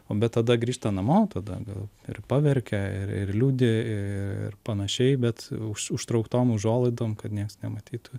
o bet tada grįžta namo tada gal ir paverkia ir ir liūdi ir panašiai bet už užtrauktom užuolaidom kad nieks nematytų